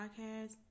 podcast